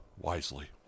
wisely